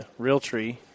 Realtree